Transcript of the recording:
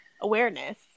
awareness